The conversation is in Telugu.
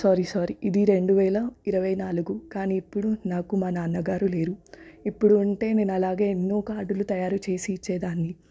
సారీ సారీ ఇది రెండు వేల ఇరవై నాలుగు కానీ ఇప్పుడు నాకు మా నాన్నగారు లేరు ఇప్పుడు ఉంటే నేను అలాగే ఎన్నో కార్డులు తయారుచేసి ఇచ్చేదాన్ని